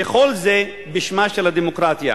וכל זה בשמה של הדמוקרטיה.